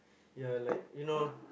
ya like you know